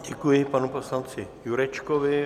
Děkuji panu poslanci Jurečkovi.